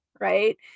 right